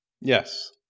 Yes